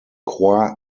croix